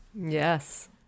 Yes